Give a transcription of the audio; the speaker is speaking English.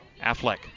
Affleck